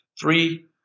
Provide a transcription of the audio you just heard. three